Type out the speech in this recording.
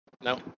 No